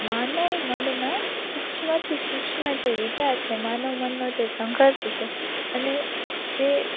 માનવ મનના સૂક્ષ્મથી સૂક્ષ્મ જે વિચાર છે માનવ મનનો જે સંઘર્ષ છે અને જે